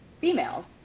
females